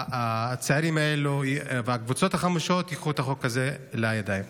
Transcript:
שהצעירים האלה והקבוצות החמושות ייקחו את החוק הזה לידיים.